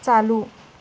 चालू